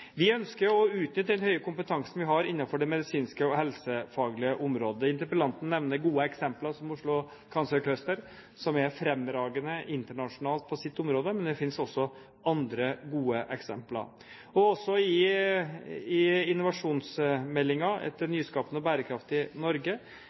Vi ønsker å utnytte den høye kompetansen vi har innenfor det medisinske og helsefaglige området. Interpellanten nevner Oslo Cancer Cluster, som er fremragende internasjonalt på sitt område, men det finnes også andre gode eksempler. Også i innovasjonsmeldingen – Et nyskapende og bærekraftig Norge – var dette berørt, særlig behovsdrevet innovasjon og næringsutvikling i